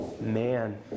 Man